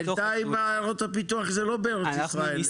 בינתיים עיירות הפיתוח זה לא בארץ ישראל,